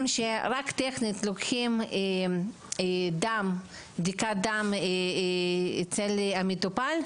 שרק טכנית לוקחים בדיקת דם אצל המטופל,